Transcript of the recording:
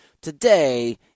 Today